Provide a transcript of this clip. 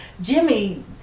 Jimmy